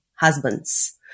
husbands